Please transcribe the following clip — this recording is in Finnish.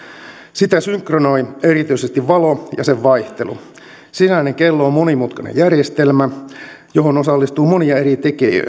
sitä synkronoi erityisesti valo ja sen vaihtelu sisäinen kello on monimutkainen järjestelmä johon osallistuu monia eri